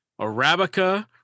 arabica